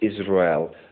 Israel